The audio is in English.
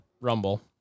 Rumble